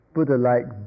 Buddha-like